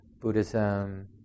Buddhism